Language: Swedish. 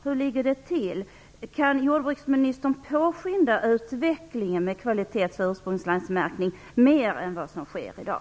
Hur ligger det till? Kan jordbruksministern påskynda utvecklingen med kvalitets och ursprungslandsmärkning mer än vad som sker i dag?